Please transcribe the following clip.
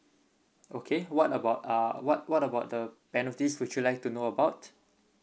okay what about uh what what about the penalties would you like to know about